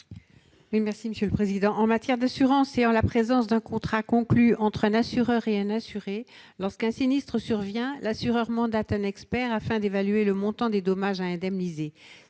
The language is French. Mme Jacky Deromedi. En matière d'assurance, en présence d'un contrat conclu entre un assureur et un assuré, lorsqu'un sinistre survient, l'assureur mandate un expert afin d'évaluer le montant des dommages à indemniser.